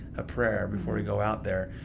a prayer before we go out there.